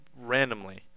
randomly